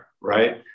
right